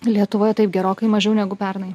lietuvoj taip gerokai mažiau negu pernai